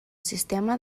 sistema